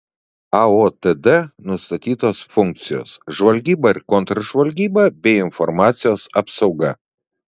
aotd nustatytos funkcijos žvalgyba ir kontržvalgyba bei informacijos apsauga